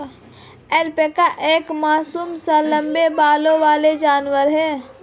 alpaca एक मासूम सा लम्बे बालों वाला जानवर है